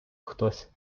хтось